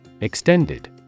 Extended